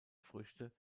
früchte